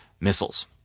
missiles